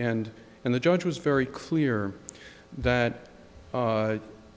and and the judge was very clear that the